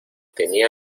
tenía